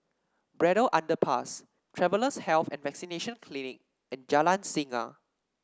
Braddell Underpass Travellers' Health and Vaccination Clinic and Jalan Singa